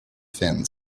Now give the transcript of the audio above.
fence